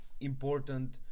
important